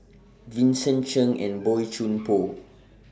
Vincent Cheng and Boey Chuan Poh